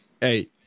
hey